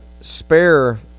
spare